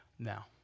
Now